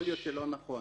יכול להיות שלא נכון,